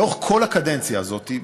לאורך כל הקדנציה הזאת,